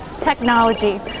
technology